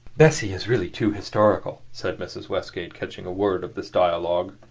bessie is really too historical, said mrs. westgate, catching a word of this dialogue.